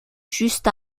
juste